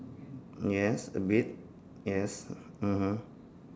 yes a bit yes mmhmm